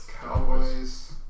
Cowboys